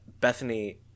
Bethany